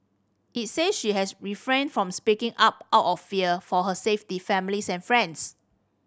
it said she has refrained from speaking up out of fear for her safety families and friends